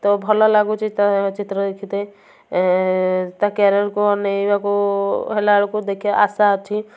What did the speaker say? ତ ଭଲ ଲାଗୁଚି ତା ଚିତ୍ର ଦେଖିତେ ତା କ୍ୟାରିଅରକୁ ଅନାଇବାକୁ ହେଲାବେଳକୁ ଦେଖିବା ଆଶା ଅଛି